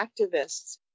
activists